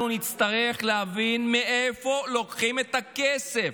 אנחנו נצטרך להבין מאיפה לוקחים את הכסף.